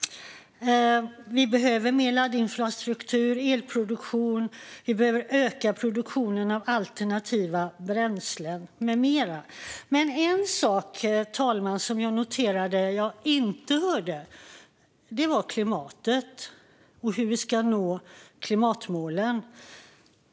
Vi behöver mer laddinfrastruktur och elproduktion. Vi behöver öka produktionen av alternativa bränslen med mera. Men en sak som jag noterade att jag inte hörde något om, fru talman, var klimatet och hur vi ska nå klimatmålen.